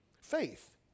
Faith